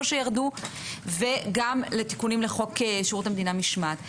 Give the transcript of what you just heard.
שירדו וגם לתיקונים לחוק שירות המדינה משמעת.